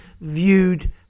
viewed